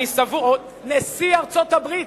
נשיא ארצות-הברית,